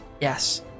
Yes